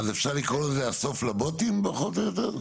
אז אפשר לקרוא לזה הסוף לבוטים פחות או יותר?